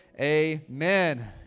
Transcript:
Amen